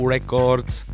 Records